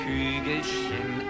Kügelchen